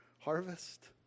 harvest